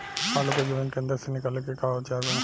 आलू को जमीन के अंदर से निकाले के का औजार बा?